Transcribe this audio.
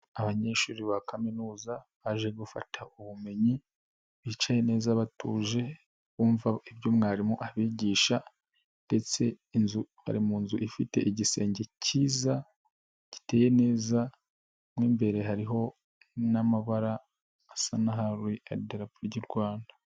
Abanyeshuri ba kaminuza, baje gufata ubumenyi ,bicaye neza batuje ,bumva ibyo mwarimu abigisha, ndetse bari mu nzu ifite igisenge cyiza, giteye neza nk'imbere hariho n'amabara asa naho ari idarapo Ry'u Rwanda